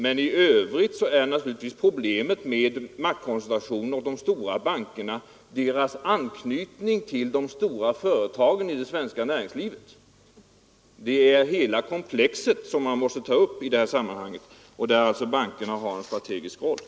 Men i övrigt är naturligtvis problemet med maktkoncentrationen och de stora bankerna deras nära anknytning till de stora företagen i det svenska näringslivet. Det är hela komplexet som man måste ta upp i det här sammanhanget, där alltså bankerna har en strategisk roll.